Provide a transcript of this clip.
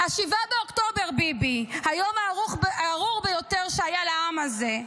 7 באוקטובר, ביבי, היום הארור ביותר שהיה לעם הזה.